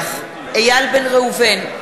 נוכח איל בן ראובן,